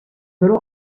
pero